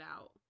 out